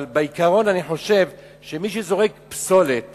אבל בעיקרון, אני חושב שמי שזורק פסולת